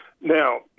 Now